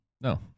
No